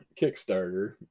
Kickstarter